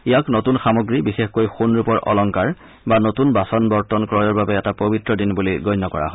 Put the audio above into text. ইয়াক নতুন সামগ্ৰী বিশেষকৈ সোণ ৰূপৰ অলংকাৰ বা নতুন বাচন বৰ্তন ক্ৰয়ৰ বাবে এটা পৰিত্ৰ দিন বুলি গণ্য কৰা হয়